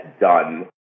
done